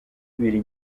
ibiri